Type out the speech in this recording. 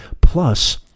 Plus